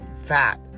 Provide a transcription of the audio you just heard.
fat